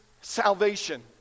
salvation